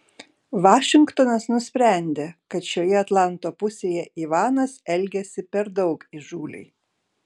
vašingtonas nusprendė kad šioje atlanto pusėje ivanas elgiasi per daug įžūliai